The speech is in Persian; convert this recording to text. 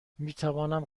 میتوانم